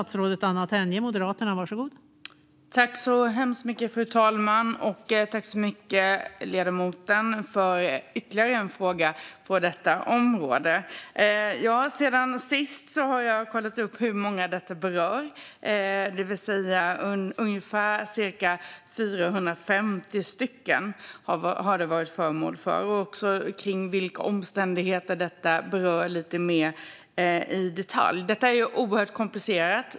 Fru talman! Jag tackar ledamoten för ytterligare en fråga på området. Sedan sist har jag kollat upp hur många det berör. Ungefär 450 personer har varit föremål för detta. Jag har också lite mer i detalj tagit reda på vilka omständigheterna har varit. Det är såklart oerhört komplicerat.